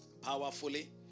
powerfully